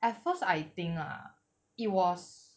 at first I think lah it was